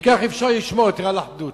וכך אפשר לשמור יותר על אחדות.